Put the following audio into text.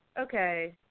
Okay